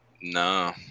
No